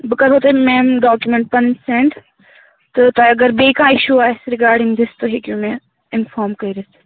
بہٕ کَرہو تۄہہِ مَیٚم ڈاکومَٮ۪نٛٹ پَنٕنۍ سینٛڈ تہٕ تۄہہِ اگر بیٚیہِ کانٛہہ اِشوٗ آسہِ رِگاڈِنٛگ دِس تُہۍ ہیٚکِو مےٚ اِنفارم کٔرِتھ